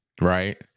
right